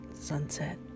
sunset